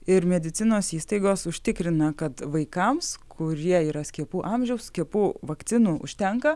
ir medicinos įstaigos užtikrina kad vaikams kurie yra skiepų amžiaus skiepų vakcinų užtenka